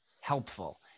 helpful